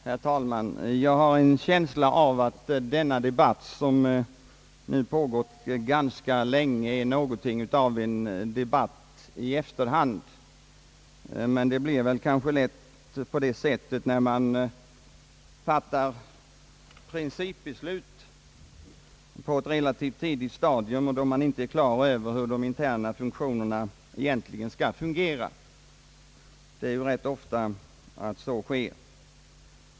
Herr talman! Jag har en känsla av att den debatt, som nu pågått ganska länge, är något av en debatt i efterhand — men det blir kanske lätt så när man fattar principbeslut på ett relativt tidigt stadium, innan man är klar över de mera interna funktionerna. Sådant händer ju ganska ofta.